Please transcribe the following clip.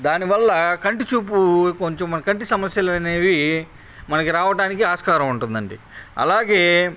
దాని వల్ల కంటి చూపు కొంచెం మనకి కంటి సమస్యలు అనేవి మనకి రావడానికి ఆస్కారం ఉంటుందండి అలాగే